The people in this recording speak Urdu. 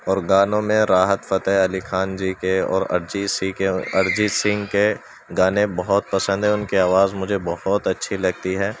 اور گانوں میں راحت فتح علی خان جی کے اور ارجیت سی کے ارجیت سنگھ کے گانے بہت پسند ہیں ان کے آواز مجھے بہت اچھی لگتی ہے